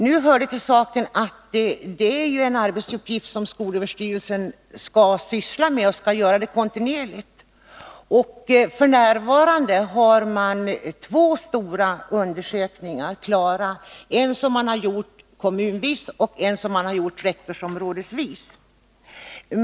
Nu hör det till saken att detta är en arbetsuppgift som skolöverstyrelsen skall syssla med kontinuerligt. F.n. är två stora utredningar klara. En är gjord kommunvis och en rektorsområdesvis.